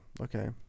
okay